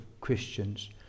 Christians